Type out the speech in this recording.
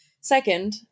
Second